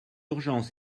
urgence